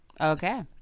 Okay